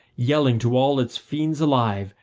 yelling to all its fiends alive,